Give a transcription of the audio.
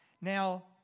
Now